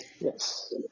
Yes